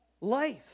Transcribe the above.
life